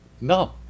No